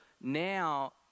now